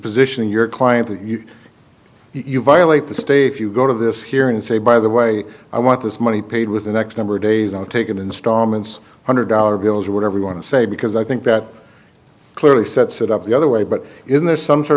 position of your client that you you violate the state if you go to this here and say by the way i want this money paid with the next number of days i'll take in installments hundred dollar bills or whatever you want to say because i think that clearly sets it up the other way but isn't there some sort